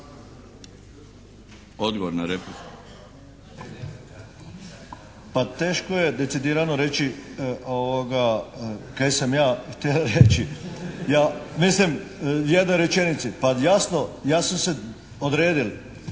Ivan (HSS)** Pa teško je decidirano reći kaj sam ja htel' reći. Mislim u jednoj rečenici. Pa jasno, ja sam se odredio.